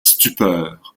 stupeur